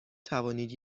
توانید